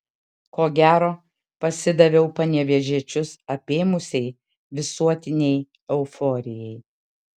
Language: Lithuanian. ko gero pasidaviau panevėžiečius apėmusiai visuotinei euforijai